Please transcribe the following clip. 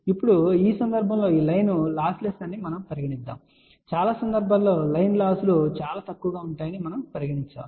ఇప్పుడు ఇక్కడ ఈ ప్రత్యేక సందర్భంలో ఈ లైన్ లాస్ లెస్ అని మనము పరిగణిస్తున్నాం లేదా చాలా సందర్భాల్లో లైన్ లాస్ లు చాలా తక్కువగా ఉంటాయని పరిగణిస్తున్నాం